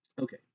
Okay